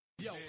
Yo